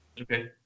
Okay